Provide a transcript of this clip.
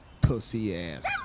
pussy-ass